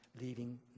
leaving